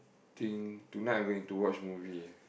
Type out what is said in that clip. think tonight I going to watch movie ah